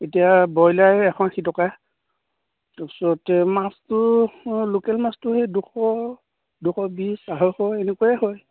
এতিয়া ব্ৰয়লাৰ এশ আশী টকা তাৰপিছতে মাছটো অঁ লোকেল মাছটো সেই দুশ দুশ বিছ আঢ়ৈশ এনেকুৱাই হয়